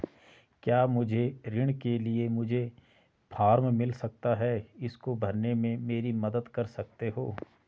क्या मुझे ऋण के लिए मुझे फार्म मिल सकता है इसको भरने में मेरी मदद कर सकते हो?